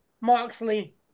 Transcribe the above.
Moxley